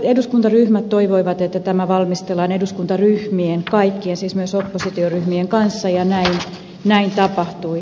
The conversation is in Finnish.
eduskuntaryhmät toivoivat että tämä valmistellaan eduskuntaryhmien kaikkien siis myös oppositioryhmien kanssa ja näin tapahtui